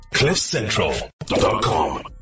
cliffcentral.com